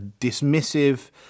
dismissive